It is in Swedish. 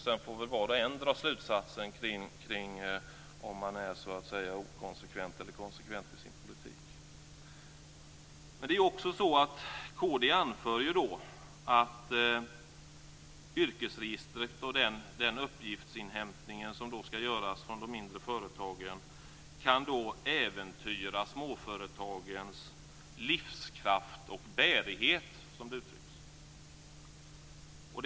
Sedan får väl var och en dra slutsatsen om man är inkonsekvent eller konsekvent i sin politik. Men det är också så att kd anför att yrkesregistret och den uppgiftsinhämtning som ska göras från de mindre företagen kan äventyra småföretagens livskraft och bärighet, som det uttrycks.